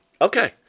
Okay